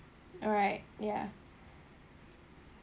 alright ya